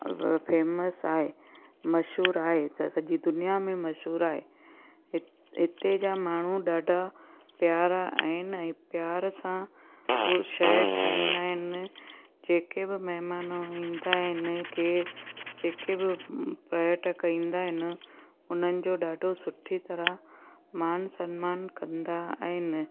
famous आहे मशहूरु आहे त सॼी दुनिया में मशहूरु आहे हित हिते जा माण्हू ॾाढा प्यारा आहिनि ऐं प्यार सां उहो शइ ठाहींदा आहिनि जेके बि महिमान ईंदा आहिनि के जेके बि पर्यटक ईंदा आहिनि उन्हनि जो ॾाढो सुठी तरहं मान सम्मान कंदा आहिनि